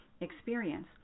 experience